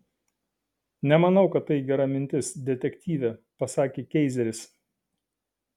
nemanau kad tai gera mintis detektyve pasakė keizeris